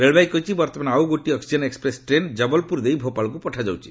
ରେଳବାଇ କହିଛି ବର୍ତ୍ତମାନ ଆଉ ଗୋଟିଏ ଅକ୍କିଜେନ୍ ଏକ୍ସପ୍ରେସ୍ ଟ୍ରେନ୍ ଜବଲପୁର ଦେଇ ଭୋପାଳକୁ ପଠାଯାଉଛି